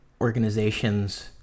organizations